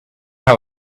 how